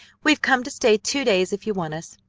we've come to stay two days if you want us.